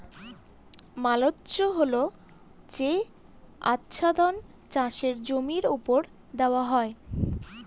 mulch হল যে আচ্ছাদন চাষের জমির ওপর দেওয়া হয়